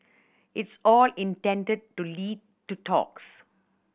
it's all intended to lead to talks